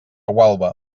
gualba